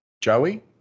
Joey